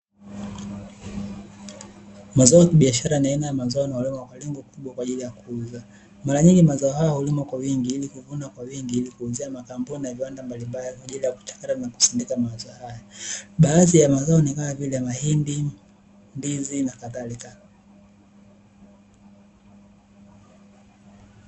Mazao ya kibiashara ni aina ya mzao yanalolimwa kwa lengo kubwa kwa ajili ya kuuza. Mara nyingi mazao hayo hulimwa kwa wingi ili kuvunwa kwa wingi ili kuuzia makampuni na viwanda mbalimbali kwa ajili ya kuchakata na kusindika mazao haya. Baadhi ya mazao ni kama vile: mahindi, ndizi nakadhalika.